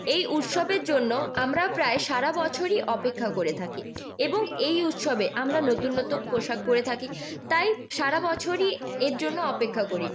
এই উৎসবের জন্য আমরা প্রায় সারা বছরই অপেক্ষা করে থাকি এবং এই উৎসবে আমরা নতুন পোশাক পরে থাকি তাই সারাবছরই এর জন্য অপেক্ষা করি